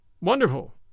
Wonderful